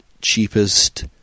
cheapest